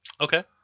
Okay